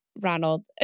Ronald